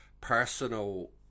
personal